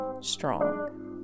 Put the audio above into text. strong